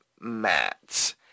Matt